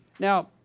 now,